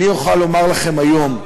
אני אוכל לומר לכם היום,